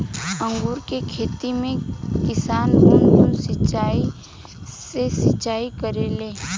अंगूर के खेती में किसान बूंद बूंद सिंचाई से सिंचाई करेले